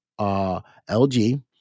LG